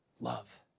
love